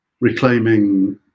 reclaiming